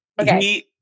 Okay